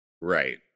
right